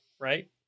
right